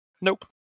nope